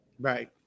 right